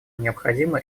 необходимы